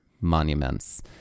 monuments